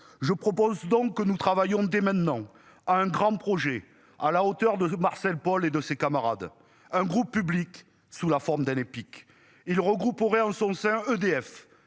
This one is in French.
Je propose donc que nous travaillons dès maintenant à un grand projet à la hauteur de Marcel Paul et de ses camarades un groupe public sous la forme d'un Epic. Il regroupe aurait en son sein EDF